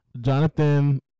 Jonathan